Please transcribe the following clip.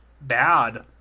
bad